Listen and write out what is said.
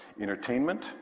Entertainment